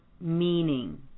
meaning